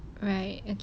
right okay